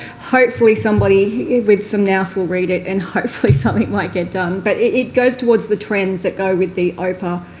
hopefully somebody with some nous will read it and hopefully something might get done. but it goes towards the trends that go with the opa,